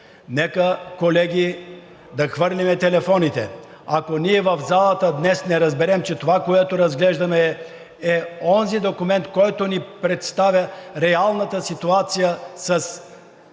нека, колеги, да хвърлим телефоните. Ако ние в залата днес не разберем, че това, което разглеждаме, е онзи документ, който ни представя реалната ситуация с